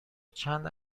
چند